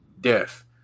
death